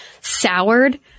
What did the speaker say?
soured